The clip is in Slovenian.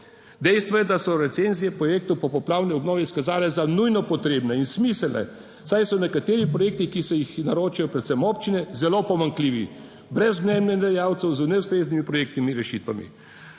Dejstvo je, da so recenzije projektov po poplavne obnove izkazale za nujno potrebne in smiselne, saj so nekateri projekti, ki jih naročajo predvsem občine, zelo pomanjkljivi, brez mnenjadajalcev, z neustreznimi projektnimi rešitvami.